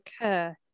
occur